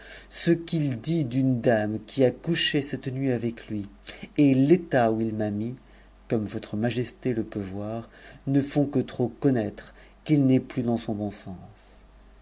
ce qu'il dit d'une dame qui a couché cette nuit avec lui et l'état ou il ma mis comme votre majesté le peut voir ne font que trop connaître qu'il n'est plus dans son bon sens